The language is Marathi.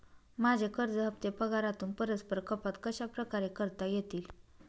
माझे कर्ज हफ्ते पगारातून परस्पर कपात कशाप्रकारे करता येतील?